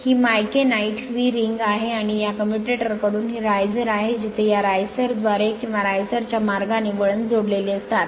ही micanite V ring आहे आणि या कम्युटेटर कडून ही राइझर आहे जिथे या राइसर द्वारे किंवा राइसर च्या मार्गाने वळण जोडलेले असतात